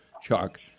Chuck